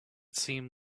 seemed